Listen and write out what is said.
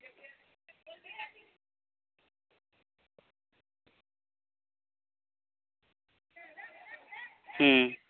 ᱦᱩᱸ